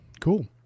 cool